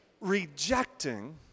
rejecting